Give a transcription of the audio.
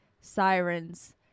sirens